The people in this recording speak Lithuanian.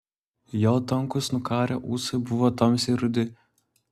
jo tankūs nukarę ūsai buvo tamsiai rudi